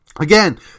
Again